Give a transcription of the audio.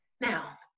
Now